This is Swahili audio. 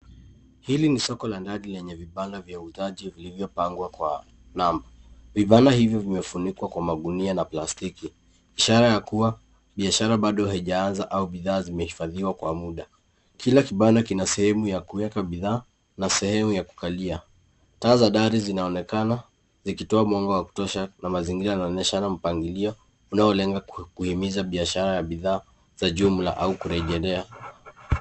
Hili ni soko la ndani lenye vibanda vya uuzaji vilivyopangwa kwa namba. Vibanda hivyo vimefunikwa kwa magunia na plastiki ishara ya kuwa biashara bado haijaanza au bidhaa zimehifadhiwa kwa muda. Kila kibanda kina sehemu ya kuweka bidhaa na sehemu ya kukalia. Taa za dari zinaonekana zikitoa mwanga wa kutosha na mazingira yanaonyeshana mpangilio unaolenga kuhimiza biashara ya jumla au kurejelea.